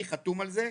אני חתום על זה.